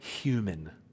human